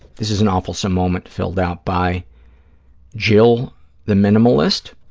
this is an awfulsome moment filled out by jill the minimalist.